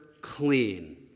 clean